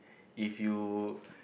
if you